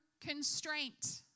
constraint